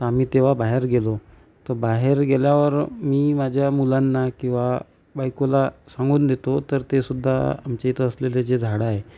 आम्ही तेव्हा बाहेर गेलो तर बाहेर गेल्यावर मी माझ्या मुलांना किंवा बायकोला सांगून देतो तर ते सुद्धा आमच्याइथं असलेले जे झाडं आहे